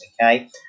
okay